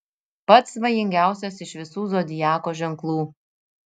pats svajingiausias iš visų zodiako ženklų